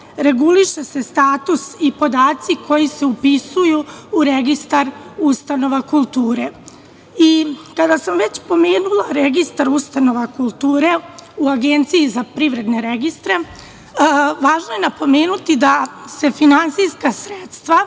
reguliše se status i podaci koji se upisuju u registar ustanova kulture. Kada sam već pomenula registar ustanova kulture u APR, važno je napomenuti da se finansijska sredstva